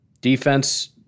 Defense